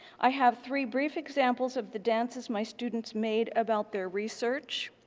i have three brief examples of the dances my students made about their research.